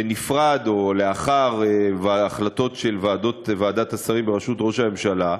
בנפרד או לאחר ההחלטות של ועדת השרים בראשות ראש הממשלה,